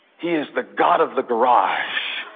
he is the god of the garage,